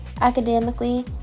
academically